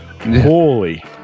Holy